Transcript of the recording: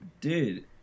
Dude